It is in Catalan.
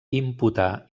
imputar